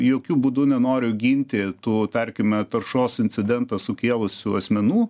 jokiu būdu nenoriu ginti tų tarkime taršos incidentą sukėlusių asmenų